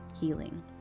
healing